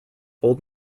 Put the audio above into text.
old